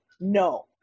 No